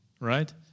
Right